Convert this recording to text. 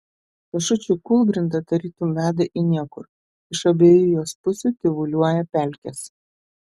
kašučių kūlgrinda tarytum veda į niekur iš abiejų jos pusių tyvuliuoja pelkės